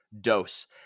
dose